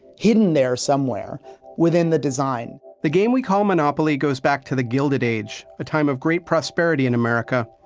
hidden there somewhere within the design. the game we call monopoly goes back to the gilded age. a time of great prosperity in america,